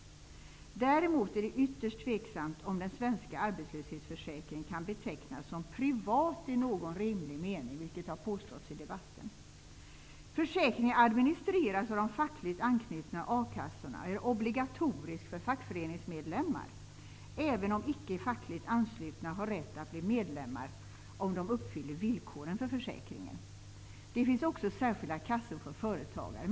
Däremot är det ytterst tveksamt om den svenska arbetslöshetsförsäkringen kan betecknas som ''privat'' i någon rimlig mening, vilket har påståtts i debatten. Försäkringen administreras av de fackligt anknutna a-kassorna och är obligatorisk för fackföreningsmedlemmar, även om icke fackligt anslutna har rätt att bli medlemmar om de uppfyller villkoren för försäkringen. Det finns också särskilda kassor för företagare.